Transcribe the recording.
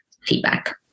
feedback